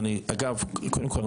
קודם כול,